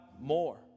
more